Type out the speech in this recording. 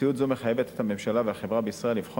מציאות זו מחייבת את הממשלה והחברה בישראל לבחון